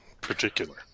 particular